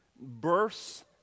Bursts